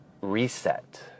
reset